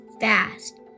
fast